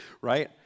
Right